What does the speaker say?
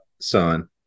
son